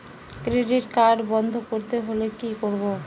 Credit card বন্ধ করতে হলে কি করব?